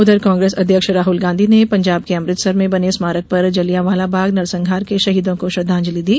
उधर कांग्रेस अध्यक्ष राहुल गांधी ने पंजाब के अमृतसर में बने स्मारक पर जलियांवाला बाग नरसंहार के शहीदों को श्रद्वांजलि दी